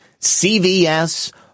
CVS